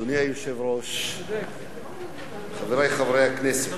חברי הכנסת,